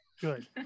Good